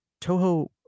Toho